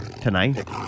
tonight